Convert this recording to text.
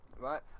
right